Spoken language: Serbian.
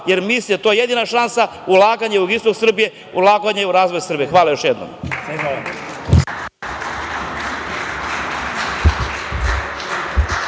jer mislim da je to jedina šansa ulaganje u jugoistok Srbije, ulaganje u razvoj Srbije. Hvala još jednom.